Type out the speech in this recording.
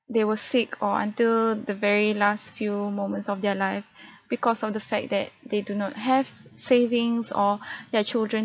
they were sick or until the very last few moments of their life because of the fact that they do not have savings or their children